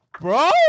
Bro